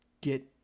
get